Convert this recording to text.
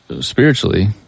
spiritually